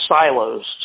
silos